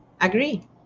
agree